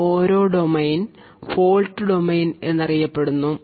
ഈ ഓരോ ഡൊമൈൻ ഉം ഫോൾട്ട് ഡൊമൈൻ എന്ന് അറിയപ്പെടുന്നു